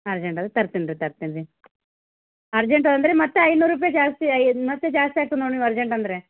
ಅರ್ಜೆಂಟಿದೆ ತರ್ತೀನಿ ರೀ ತರ್ತೀನಿ ರೀ ಅರ್ಜೆಂಟ್ ಅಂದರೆ ಮತ್ತೆ ಐನೂರು ರೂಪಾಯಿ ಜಾಸ್ತಿ ಆಗ್ತದ್ ಮತ್ತೆ ಜಾಸ್ತಿ ಆಗ್ತದೆ ನೋಡಿ ನೀವು ಅರ್ಜೆಂಟ್ ಅಂದರೆ